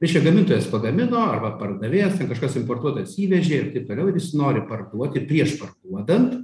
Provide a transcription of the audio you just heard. reiškia gamintojas pagamino arba pardavėjas ten kažkas importuotojas įvežė ir taip toliau ir jis nori parduoti prieš parduodant